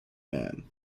man